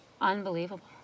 Unbelievable